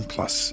Plus